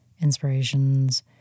inspirations